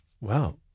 wow